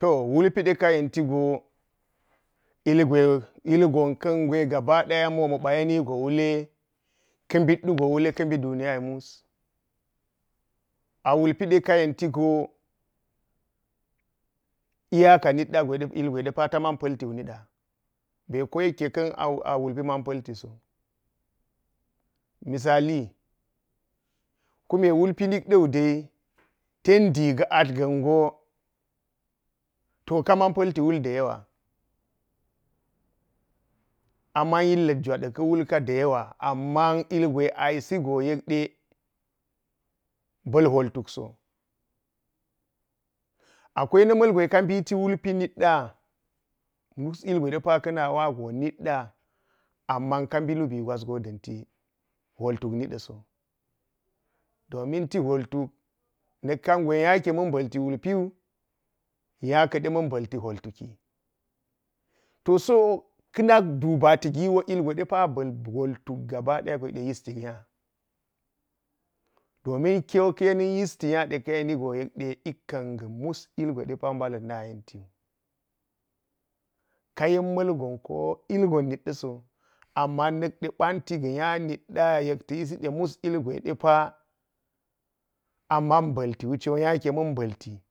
To wulpide la yentigo, ilgwe ilgw kan gwe gabadaya, p mabg yenigo wule kabit wugo wule kabi duniyaru mus. A wulpide ka yentigo iyaka niyda gwede ilgwede taman paltiwu niɗa be koyekkenkan a wulpi man paltiso misali kune wulpi nikdiude tendi ga all ta kaman palti wulda yewa aman yillat juwa da̱ka wulka da yawa amma ilgw a yisigo yekde ba̱l holtukso akwai na malgwe ka bitiwulpi nitda mus ilgwedepa kan wago nitda amma kabi lubi gwaswo danti holtuk nidaso, domin ti holtuk nak kan gwe nya keman balti wulpiwu nyake man balti holtukin to so kanak dubati giwo ilgwedepa bal holtuk gaba daya wo yekde ysiki nya. Domin kiwo ka yenan yisti nya ka yenigo yekde ikan ga mus ilgwedepa balan na yentiwu. Kayen malgon ko ilgon nitɗaso amma nakdde pa̱ntiga nyanitda yekta yisida mus ilgwedepa aman balti wucho nya keman balti.